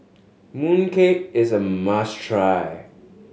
mooncake is a must try